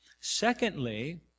Secondly